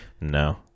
No